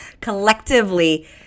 collectively